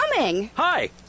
Hi